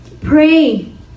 Pray